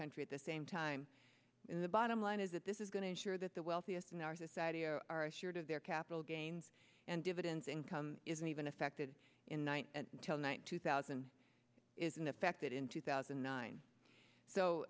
country at the same time in the bottom line is that this is going to ensure that the wealthiest in our society or are assured of their capital gains and dividends income isn't even affected in night till night two thousand isn't affected in two thousand and nine so